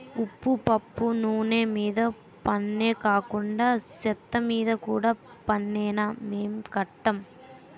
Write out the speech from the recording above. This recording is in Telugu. ఉప్పు పప్పు నూన మీద పన్నే కాకండా సెత్తమీద కూడా పన్నేనా మేం కట్టం